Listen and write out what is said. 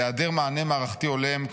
בהיעדר מענה מערכתי הולם,